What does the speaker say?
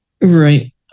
Right